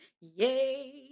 Yay